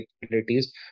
capabilities